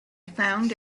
found